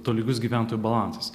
tolygus gyventojų balansas